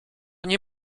nie